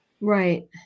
right